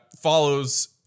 follows